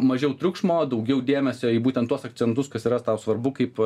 mažiau triukšmo daugiau dėmesio į būtent tuos akcentus kas yra tau svarbu kaip